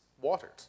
watered